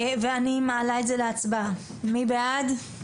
אני מעלה את זה להצבעה, מי בעד?